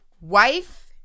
Wife